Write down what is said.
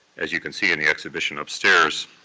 as you can see in the exhibition upstairs,